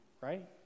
right